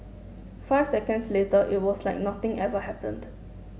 five seconds later it was like nothing ever happened